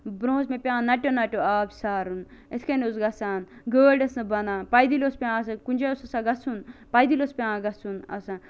برونٛہہ اوس مےٚ پیٚوان نَٹیٚو نَٹیٚو آب سارُن اِتھ کنۍ اوس گَژھان گٲڑۍ ٲسۍ نہٕ بَنان پیدلۍ اوس پیٚوان کُنہ جایہِ اوس آسان گَژہُن پیدٔلۍاوس پیٚوان گَژھُن آسان